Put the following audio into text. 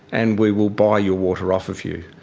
and we will buy your water off of you.